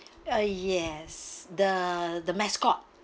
ah yes the the mascot